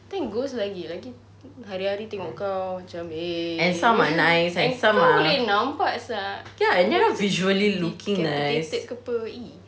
then ghosts lagi-lagi te~ hari-hari tengok kau macam eh and kau boleh nampak sia ke apa !ee!